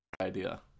idea